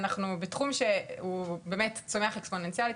אנחנו בתחום שבאמת הוא צומח אקספוננציאלית,